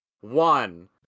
one